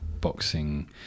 boxing